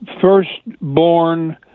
first-born